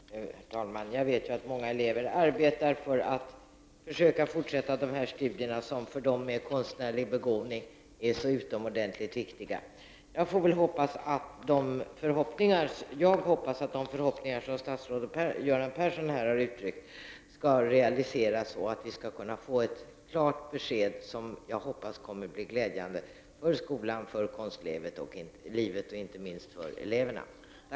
Herr talman! Jag vet att många elever arbetar för att försöka fortsätta dessa studier, som för dem med konstnärlig begåvning är så utomordentligt viktiga. Jag hoppas att de förhoppningar som statsrådet Göran Persson här har uttryckt skall realiseras och att vi skall kunna få ett klart besked, som jag hoppas kommer att bli glädjande för skolan, för konstlivet och inte minst för eleverna.